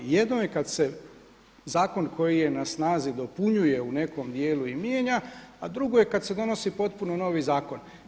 Jedno je kada se zakon koji je na snazi dopunjuje u nekom dijelu i mijenja a drugo je kada se donosi potpuno novi zakon.